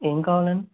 ఏం కావాలండి